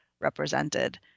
represented